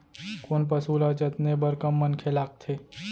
कोन पसु ल जतने बर कम मनखे लागथे?